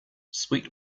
sweet